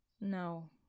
No